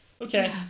Okay